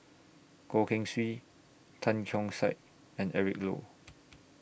Goh Keng Swee Tan Keong Saik and Eric Low